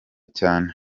cyane